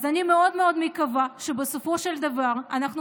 אז אני מאוד מאוד מקווה שבסופו של דבר אנחנו